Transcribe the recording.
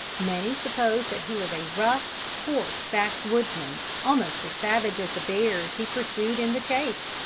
many suppose that he was a rough, coarse backwoodsman, almost as savage as the bears he pursued in the chase,